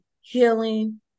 healing